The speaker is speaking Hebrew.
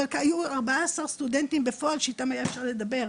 אבל היו ארבע עשר סטודנטים בפועל שאיתם היה אפשר לדבר.